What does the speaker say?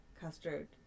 custard